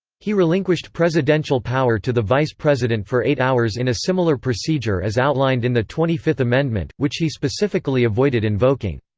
he relinquished presidential power to the vice president for eight hours in a similar procedure as outlined in the twenty fifth amendment, which he specifically avoided invoking.